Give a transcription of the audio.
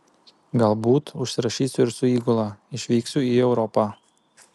galbūt užsirašysiu ir su įgula išvyksiu į europą